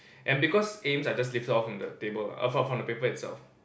and because aims are just lifted off from the table ah from from the paper itself